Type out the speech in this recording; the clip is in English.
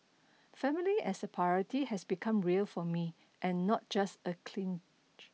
family as a priority has become real for me and not just a clinch